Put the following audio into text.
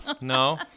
No